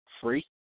free